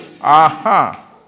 Aha